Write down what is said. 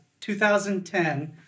2010